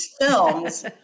films